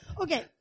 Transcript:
Okay